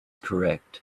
correct